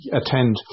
attend